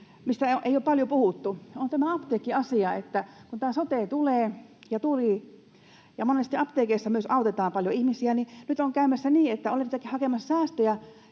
mistä ei ole paljon puhuttu, on tämä apteekkiasia: Kun tämä sote tuli ja monesti myös apteekeissa autetaan paljon ihmisiä, niin nyt on käymässä niin, että ollaan jotenkin hakemassa säästöjä,